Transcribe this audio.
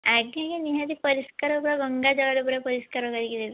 ଆଜ୍ଞା ଆଜ୍ଞା ନିହାତି ପରିଷ୍କାର ପୁରା ଗଙ୍ଗା ଜଳରେ ପୁରା ପରିଷ୍କାର କରିକି ଦେବି